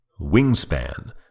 Wingspan